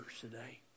today